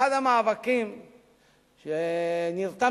אחד המאבקים שנרתמתי